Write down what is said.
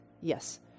Yes